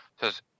says